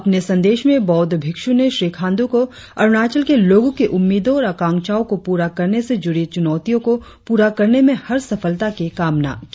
अपने संदेश में बौद्ध भिक्षु ने श्री खांडू को अरुणाचल के लोगो की उम्मीदो और आकांक्षाओ को पूरा करने से जुड़ी चुनौतियों को पूरा करने में हर सफलता की कामना की